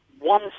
one